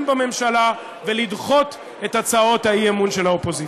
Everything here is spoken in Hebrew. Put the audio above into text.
בממשלה ולדחות את הצעות האי-אמון של האופוזיציה.